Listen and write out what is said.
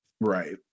right